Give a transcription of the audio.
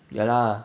ya lah